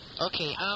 okay